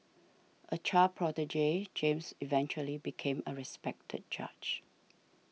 a child prodigy James eventually became a respected judge